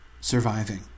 surviving